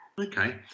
Okay